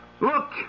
Look